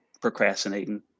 procrastinating